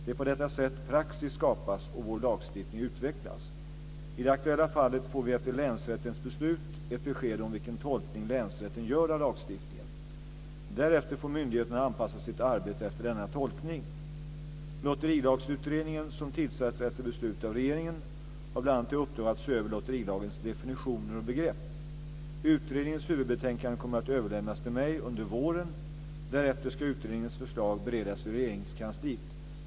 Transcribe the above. Det är på detta sätt praxis skapas och vår lagstiftning utvecklas. I det aktuella fallet får vi efter länsrättens beslut ett besked om vilken tolkning länsrätten gör av lagstiftningen. Därefter får myndigheterna anpassa sitt arbete efter denna tolkning. Lotterilagsutredningen, som tillsatts efter beslut av regeringen, har bl.a. till uppdrag att se över lotterilagens definitioner och begrepp. Utredningens huvudbetänkande kommer att överlämnas till mig under våren. Därefter ska utredningens förslag beredas i Regeringskansliet.